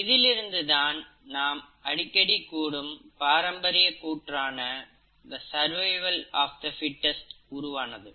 இதிலிருந்து தான் நாம் அடிக்கடி கூறும் பாரம்பரிய கூற்றான தே சர்வைவல் தே பிட்டஸ்ட் உருவானது